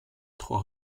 trois